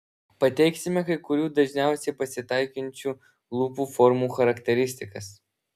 pateiksime kai kurių dažniausiai pasitaikančių lūpų formų charakteristikas